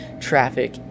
traffic